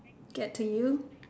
get to you